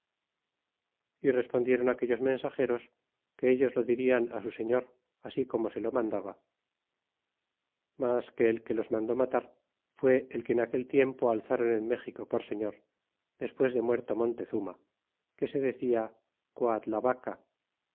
y respondieron aquellos mensageros que ellos lo dirian su señor así como se lo mandaba mas que el que los mandó matar fuú el que en aquel tiempo alzáron en méxico por señor despues de muerto montezuma que se decia